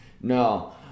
No